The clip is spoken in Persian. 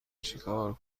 چکار